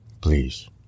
Please